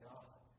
God